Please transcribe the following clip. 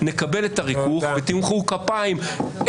נקבל את הריכוך ותמחאו כפיים,